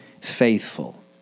faithful